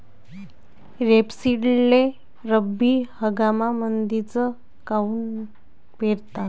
रेपसीडले रब्बी हंगामामंदीच काऊन पेरतात?